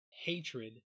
hatred